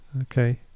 okay